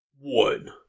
One